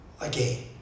again